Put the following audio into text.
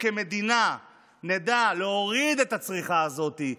כמדינה נדע להוריד את הצריכה הזאת,